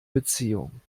beziehung